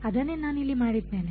ಅದನ್ನೇ ನಾನು ಇಲ್ಲಿ ಮಾಡಿದ್ದೇನೆ